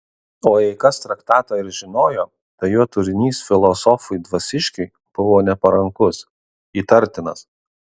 o jei kas traktatą ir žinojo tai jo turinys filosofui dvasiškiui buvo neparankus įtartinas